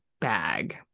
bag